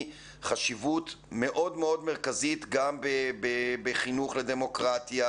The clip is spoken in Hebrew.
חשיבות מאוד מאוד מרכזית גם בחינוך לדמוקרטיה,